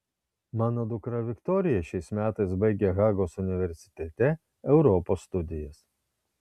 mano dukra viktorija šiais metais baigia hagos universitete europos studijas